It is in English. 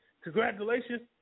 congratulations